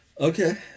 Okay